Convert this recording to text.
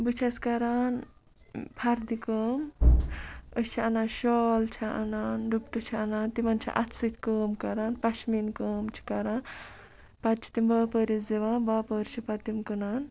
بہٕ چھَس کَران پھَردِ کٲم أسۍ چھِ اَنان شال چھِ اَنان ڈُپٹہٕ چھِ اَنان تِمَن چھِ اَتھٕ سۭتۍ کٲم کَران پَشمیٖن کٲم چھِ کَران پَتہٕ چھِ تِم باپٲرِس دِوان باپٲرۍ چھُ پَتہٕ تِم کٕنان